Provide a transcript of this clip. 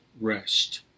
rest